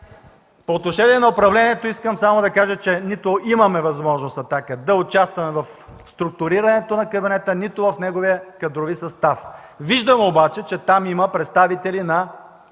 По отношение на управлението искам само да кажа, че нито имахме възможност от „Атака” да участваме в структурирането на кабинета, нито в неговия кадрови състав. Виждам обаче, че там има представители или